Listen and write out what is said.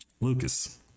Lucas